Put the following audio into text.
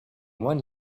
one